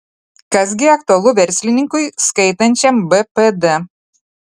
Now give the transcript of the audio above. kas gi aktualu verslininkui skaitančiam bpd